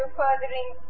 furthering